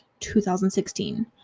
2016